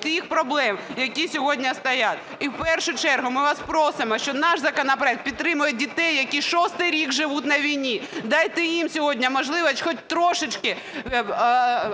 тих проблем, які сьогодні стоять. І в першу чергу ми вас просимо, що наш законопроект підтримує дітей, які шостий рік живуть на війні, дайте їм сьогодні можливість хоч трішечки